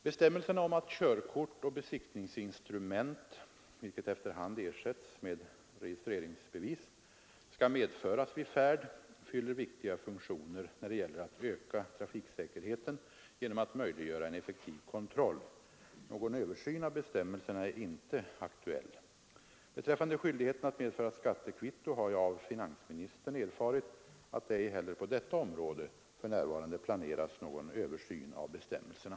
Bestämmelserna om att körkort och besiktningsinstrument — vilket efter hand ersätts med registreringsbevis — skall medföras vid färd fyller viktiga funktioner när det gäller att öka trafiksäkerheten genom att möjliggöra en effektiv kontroll. Någon översyn av bestämmelserna är inte aktuell. Beträffande skyldigheten att medföra skattekvitto har jag av finansministern erfarit att det ej heller på detta område för närvarande planeras någon översyn av bestämmelserna.